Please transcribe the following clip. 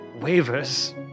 wavers